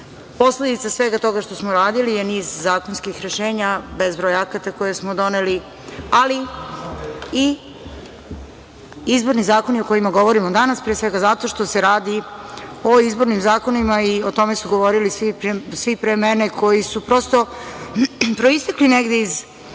ovde. Posledice svega toga što smo uradili su niz zakonskih rešenja, bezbroj akata koje smo doneli, ali i izborni zakoni o kojima govorimo danas, pre svega zato što se radi o izbornim zakonima, i o tome su govorili svi pre mene, koji su prosto proistekli negde iz jednog